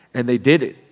and they did it.